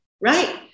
right